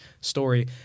story